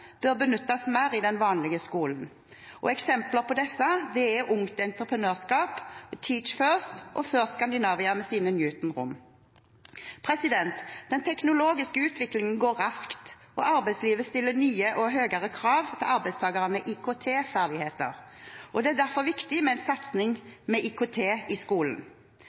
bør benyttes mer i den vanlige skolen. Eksempler på disse er Ungt Entreprenørskap, Teach First og First Scandinavia med sine Newton-rom. Den teknologiske utviklingen går raskt, og arbeidslivet stiller nye og høyere krav til arbeidstakernes IKT-ferdigheter. Det er derfor viktig med en satsing på IKT i skolen.